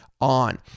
on